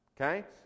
Okay